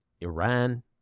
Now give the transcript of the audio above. Iran